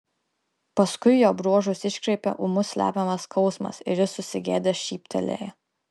paskui jo bruožus iškreipė ūmus slepiamas skausmas ir jis susigėdęs šyptelėjo